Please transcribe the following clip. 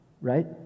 right